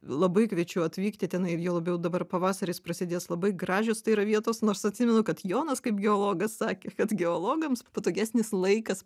labai kviečiu atvykti tenai ir juo labiau dabar pavasaris prasidės labai gražios tai yra vietos nors atsimenu kad jonas kaip geologas sakė kad geologams patogesnis laikas